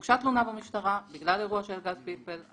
הוגשה תלונה במשטרה בגלל אירוע של גז פלפל.